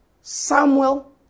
Samuel